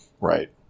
right